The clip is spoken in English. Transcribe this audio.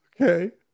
Okay